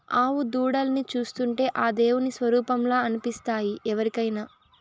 ఆవు దూడల్ని చూస్తుంటే ఆ దేవుని స్వరుపంలా అనిపిస్తాయి ఎవరికైనా